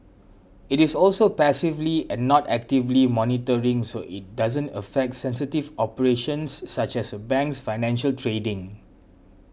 it is also passively and not actively monitoring so it doesn't affect sensitive operations such as a bank's financial trading